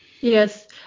Yes